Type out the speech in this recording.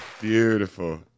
Beautiful